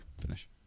finish